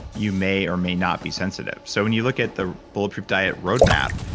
you may or may not be sensitive. so when you look at the bulletproof diet roadmap,